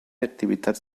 activitats